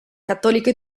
cattolico